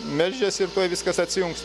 melžias ir tuoj viskas atsijungs